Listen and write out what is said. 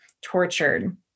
tortured